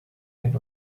and